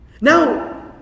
Now